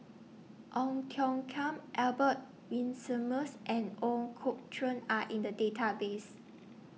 Ong Tiong Khiam Albert Winsemius and Ooi Kok Chuen Are in The Database